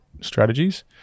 strategies